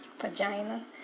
vagina